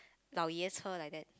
老爷车 like that